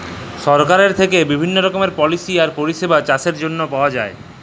সরকারের থ্যাইকে বিভিল্ল্য রকমের পলিসি আর পরিষেবা চাষের জ্যনহে পাউয়া যায়